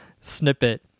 snippet